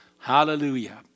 Hallelujah